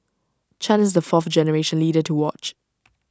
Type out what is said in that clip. chan is the fourth generation leader to watch